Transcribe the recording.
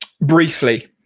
Briefly